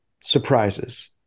surprises